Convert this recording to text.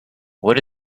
what